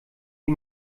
die